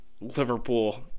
Liverpool